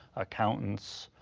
accountants,